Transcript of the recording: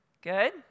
Good